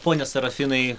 pone serafinai